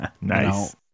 Nice